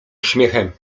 śmiechem